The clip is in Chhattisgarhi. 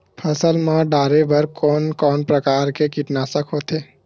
फसल मा डारेबर कोन कौन प्रकार के कीटनाशक होथे?